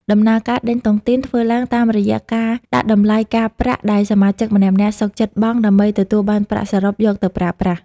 ដំណើរការ "ដេញតុងទីន" ធ្វើឡើងតាមរយៈការដាក់តម្លៃការប្រាក់ដែលសមាជិកម្នាក់ៗសុខចិត្តបង់ ដើម្បីទទួលបានប្រាក់សរុបយកទៅប្រើប្រាស់។